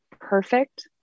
perfect